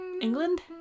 England